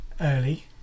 early